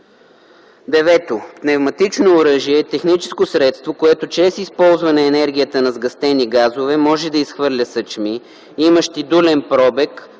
цевта. 9. „Пневматично оръжиe“ е техническо средство, което чрез използване енергията на сгъстени газове може да изхвърля съчми, имащи дулен пробег,